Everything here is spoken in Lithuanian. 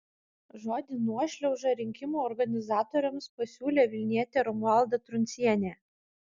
žodį nuošliauža rinkimų organizatoriams pasiūlė vilnietė romualda truncienė